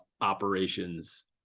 operations